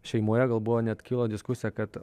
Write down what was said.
šeimoje gal buvo net kilo diskusija kad